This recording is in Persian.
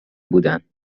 بودن